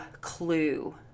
clue